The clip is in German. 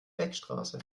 beckstraße